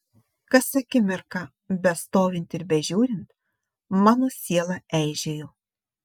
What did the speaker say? kas akimirką bestovint ir bežiūrint mano siela eižėjo